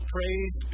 praise